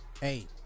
hey